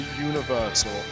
Universal